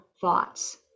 thoughts